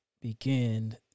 begin